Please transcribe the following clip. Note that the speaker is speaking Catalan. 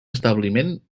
establiment